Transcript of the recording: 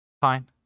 fine